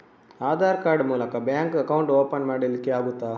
Aadhaar card ಮೂಲಕ bank account open ಮಾಡಲಿಕ್ಕೆ ಆಗುತಾ?